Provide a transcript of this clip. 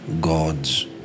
God's